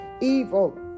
Evil